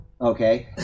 Okay